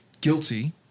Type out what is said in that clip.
guilty